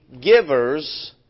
givers